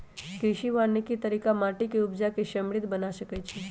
कृषि वानिकी तरिका माटि के उपजा के समृद्ध बना सकइछइ